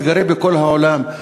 מתגרה בעולם.